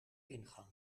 ingang